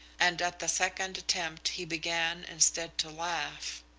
and at the second attempt he began instead to laugh.